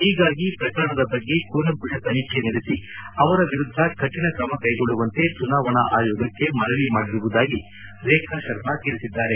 ಹೀಗಾಗಿ ಪ್ರಕರಣದ ಬಗ್ಗೆ ಕೂಲಂಕುಷ ತನಿಖೆ ನಡೆಸಿ ಅವರ ವಿರುದ್ಧ ಕಠಣ ಕ್ರಮ ಕೈಗೊಳ್ಳುವಂತೆ ಚುನಾವಣಾ ಆಯೋಗಕ್ಕೆ ಮನವಿ ಮಾಡಿರುವುದಾಗಿ ರೇಖಾ ಶರ್ಮಾ ಹೇಳಿದ್ದಾರೆ